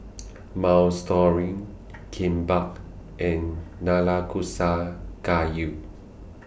Minestrone Kimbap and Nanakusa Gayu